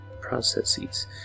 processes